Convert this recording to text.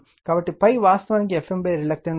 కాబట్టి ∅ వాస్తవానికి Fm reluctance మరియు Fm N I l